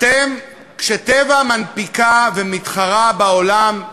כש"טבע" מנפיקה ומתחרה בעולם,